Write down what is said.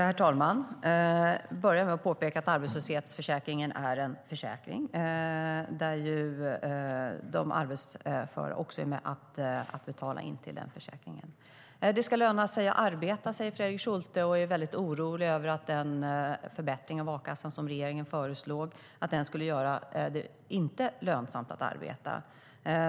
Herr talman! Jag vill börja med att framhålla att arbetslöshetsförsäkringen är en försäkring. De arbetsföra är med och betalar in till den försäkringen. Det ska löna sig att arbeta, säger Fredrik Schulte. Han är väldigt orolig över att den förbättring av a-kassan som regeringen föreslog skulle göra det olönsamt att arbeta.